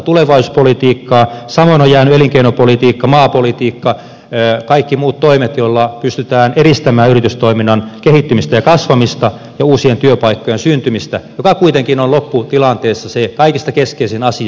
samoin on jäänyt elinkeinopolitiikka maapolitiikka ja kaikki muut toimet joilla pystytään edistämään yritystoiminnan kehittymistä ja kasvamista ja uusien työpaikkojen syntymistä mikä kuitenkin on lopputilanteessa se kaikista keskeisin asia